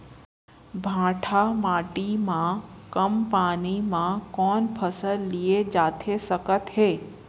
भांठा माटी मा कम पानी मा कौन फसल लिए जाथे सकत हे?